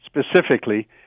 specifically